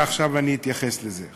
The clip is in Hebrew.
ועכשיו אתייחס לזה,